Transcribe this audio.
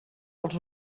als